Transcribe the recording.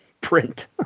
print